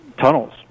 tunnels